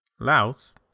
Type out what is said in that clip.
Laos